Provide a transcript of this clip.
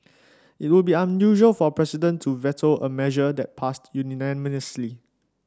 it would be unusual for a president to veto a measure that passed unanimously